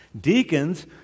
Deacons